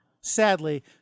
sadly